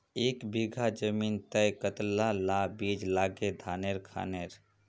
एक बीघा जमीन तय कतला ला बीज लागे धानेर खानेर?